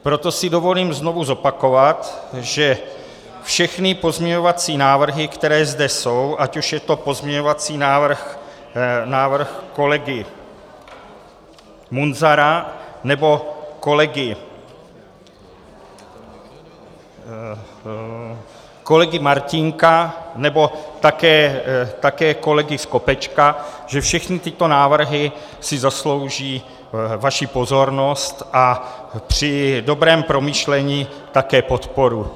Proto si dovolím znovu zopakovat, že všechny pozměňovací návrhy, které zde jsou, ať už je to pozměňovací návrh kolegy Munzara, nebo kolegy Martínka, nebo také kolegy Skopečka, že všechny tyto návrhy si zaslouží vaši pozornost a při dobrém promyšlení také podporu.